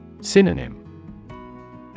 Synonym